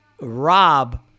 Rob